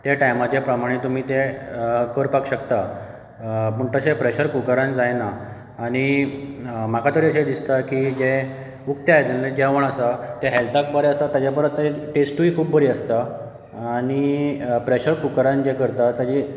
ते टायमाचे प्रमाणे तुमी तें करपाक शकता पूण तशें प्रेशर कुकरान जायना आनी म्हाका तरी अशें दिसता की जें उक्त्या आयदनाचे जेवण आसा तें हेल्थाक बरें आसा ताचे परस तें टेस्टूय खूब बरी आसता आनी प्रेशर कुकरान जें करता ताजे